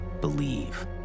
believe